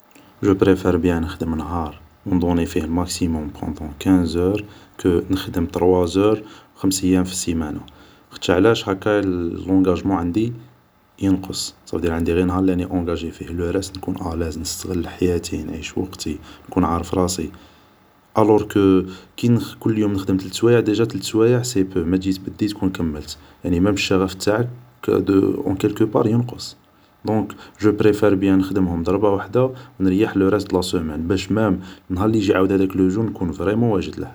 هي جو بريفار بيان نخدم نهار و ندوني فيه الماكسيموم بوندون كانزور ، كو نخدم تروا زور خمسيام في السيمان ، خاطش علاش ، لونقاجمون عندي هاكا ينقص ، صافودير عندي غي نهار اللي راني اونقاجي فيه ، لو راست نكون الاز ، نعيش حياتي نستغل وقتي ، نكون عارف راسي ، الور كو كي كل يوم نخدم تلت سوايع ، ديجا تلت سوايع سي بو ، ما تجي تبدي تكون كملت ، يعني مام الشغف تاعك دو ، اون كالكو بار غادي ينقص ، دونك جو بريفار بيان نخدمهم دربا وحدا و نريح لو راست دو لا سومان باش مام نهار اللي يجي هداك لو جور نكون فريمون واجدله